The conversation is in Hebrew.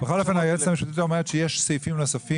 בכל מקרה היועצת המשפטית אומרת שיש סעיפים נוספים